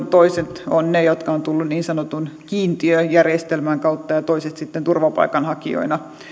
toiset ovat he jotka ovat tulleet niin sanotun kiintiöjärjestelmän kautta ja toiset sitten turvapaikanhakijoina